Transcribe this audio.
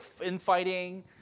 infighting